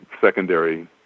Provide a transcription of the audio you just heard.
secondary